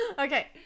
Okay